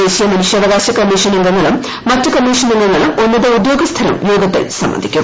ദേശീയ മനുഷ്യാവകാശ കമ്മീഷൻ അംഗങ്ങളും മറ്റു കമ്മീഷൻ അംഗങ്ങളും ഉന്നത ഉദ്യോഗസ്ഥരും യോഗത്തിൽ സംബന്ധിക്കും